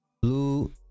blue